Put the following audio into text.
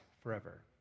forever